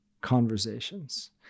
conversations